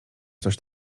coś